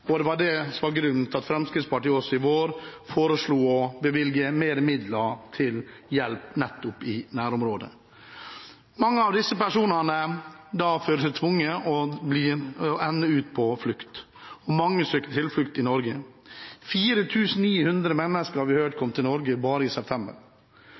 som var grunnen til at Fremskrittspartiet i vår foreslo å bevilge mer midler til hjelp nettopp i nærområdet. Mange av disse personene har følt seg tvunget til å ende opp med å flykte, og mange søker tilflukt i Norge. Som vi har hørt, er 4 900 mennesker kommet til Norge bare i september.